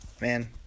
Man